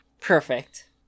Perfect